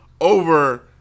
over